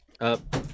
Up